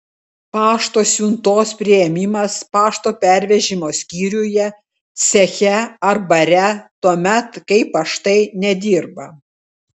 pašto siuntos priėmimas pašto pervežimo skyriuje ceche ar bare tuomet kai paštai nedirba